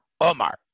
Omar